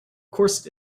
course